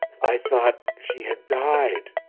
i thought she had died!